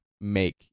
make